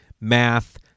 math